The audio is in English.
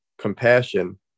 compassion